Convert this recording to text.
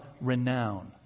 renown